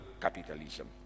capitalism